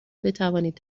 بتوانید